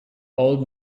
old